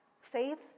Faith